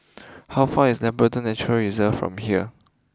how far is Labrador Nature Reserve from here